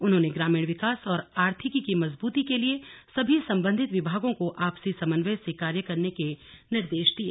उन्होंने ग्रामीण विकास और आर्थिकी की मजबूती के लिए सभी सम्बन्धित विभागों को आपसी समन्वय से कार्य करने के निर्देश दिये